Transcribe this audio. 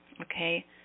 okay